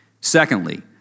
Secondly